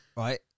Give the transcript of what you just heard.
Right